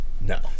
No